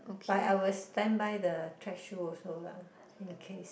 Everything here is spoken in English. but I will standby the track shoe also lah in case